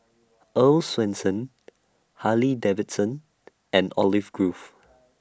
Earl's Swensens Harley Davidson and Olive Grove